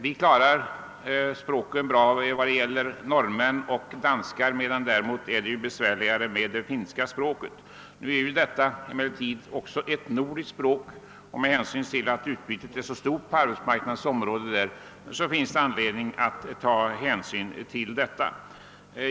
Vi klarar språken bra vad beträffar norrmän och danskar, medan det är besvärligare med det finska språket. Detta är emellertid också ett nordiskt språk, och med hänsyn till att utbytet är så stort på arbetsmarknaden i detta avseende finns det anledning att ta hänsyn till detta.